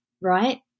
right